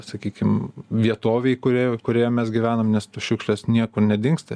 sakykim vietovei kurioje kurioje mes gyvenam nes tos šiukšlės niekur nedingsta